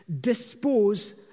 dispose